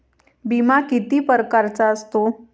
बिमा किती परकारचा असतो?